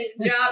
job